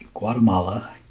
Guatemala